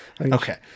okay